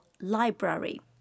Library